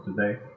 today